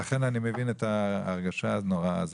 לכן אני מבין את ההרגשה הנוראה הזאת.